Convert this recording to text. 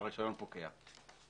הרישיון פוקע.